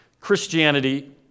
Christianity